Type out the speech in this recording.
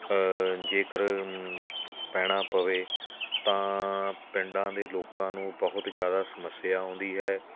ਜੇਕਰ ਪੈਣਾ ਪਵੇ ਤਾਂ ਪਿੰਡਾਂ ਦੇ ਲੋਕਾਂ ਨੂੰ ਬਹੁਤ ਜ਼ਿਆਦਾ ਸਮੱਸਿਆ ਆਉਂਦੀ ਹੈ